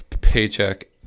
paycheck